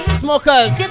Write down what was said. smokers